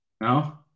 No